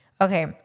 Okay